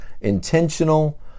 intentional